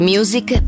Music